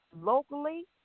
locally